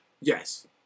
Yes